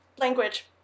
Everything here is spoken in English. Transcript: Language